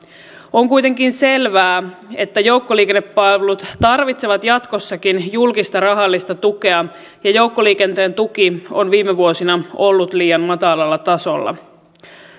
on kuitenkin selvää että joukkoliikennepalvelut tarvitsevat jatkossakin julkista rahallista tukea ja joukkoliikenteen tuki on viime vuosina ollut liian matalalla tasolla